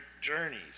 journeys